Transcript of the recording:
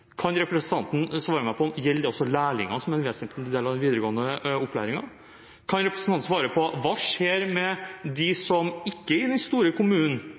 Kan representanten svare meg på: Gjelder det også lærlinger, som er en vesentlig del av den videregående opplæringen? Kan representanten svare på: Hva skjer med dem som ikke bor i de store kommunene, og som har behov for videregående opplæring, de som